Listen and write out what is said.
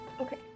okay